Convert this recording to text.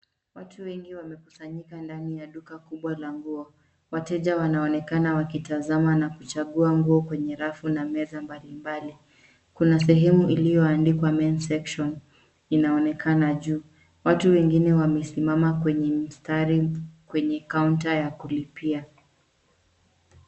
Watu wengi wamekusanyika ndani ya duka kubwa la nguo. Wateja wanaonekana wakitazama na kuchagua nguo kwenye rafu na meza mbalimbali. Kuna sehemu iliyoandikwa men section inaonekana juu. Watu wengine wamesimama kwenye mstari kwenye kaunta ya kulipia.